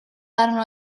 arno